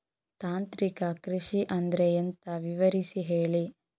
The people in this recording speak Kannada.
ತಾಂತ್ರಿಕ ಕೃಷಿ ಅಂದ್ರೆ ಎಂತ ವಿವರಿಸಿ ಹೇಳಿ